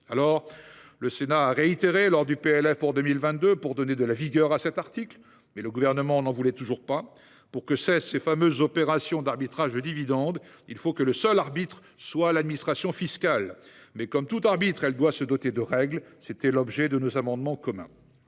loi de finances pour 2022, afin de donner de la vigueur à cet article, mais le Gouvernement n'en voulait toujours pas. Pour que cessent ces fameuses opérations d'arbitrage de dividendes, il faut que le seul arbitre soit l'administration fiscale. Mais comme tout arbitre, elle doit se doter de règles ; c'était l'objet de nos amendements communs.